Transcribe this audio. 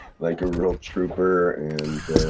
like a real trooper and.